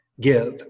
give